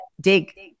dig